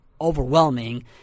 overwhelming